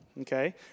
Okay